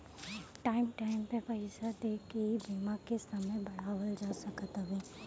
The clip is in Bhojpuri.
टाइम टाइम पे पईसा देके इ बीमा के समय बढ़ावल जा सकत हवे